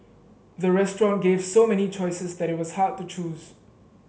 the restaurant gave so many choices that it was hard to choose